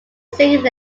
sing